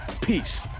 peace